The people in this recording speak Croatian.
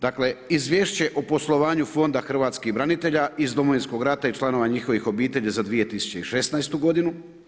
Dakle, izvješće o poslovanju Fonda hrvatskih branitelja iz Domovinskog rata i članova njihovih obitelji za 2016. godinu.